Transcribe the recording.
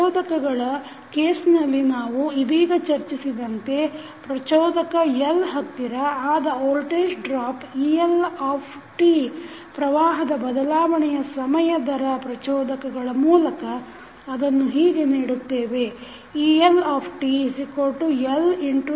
ಪ್ರಚೋದಕಗಳ ಕೇಸ್ನಲ್ಲಿ ನಾವು ಇದೀಗ ಚರ್ಚಿಸಿದಂತೆ ಪ್ರಚೋದಕ L ಹತ್ತಿರ ಆದ ವೋಲ್ಟೇಜ್ ಡ್ರಾಪ್eLt ಪ್ರವಾಹದ ಬದಲಾವಣೆಯ ಸಮಯ ದರ ಪ್ರಚೋದಕಗಳ ಮೂಲಕ ಅದನ್ನು ಹೀಗೆ ನೀಡುತ್ತೇವೆ eLtLdidt